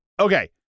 okay